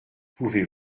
pouvez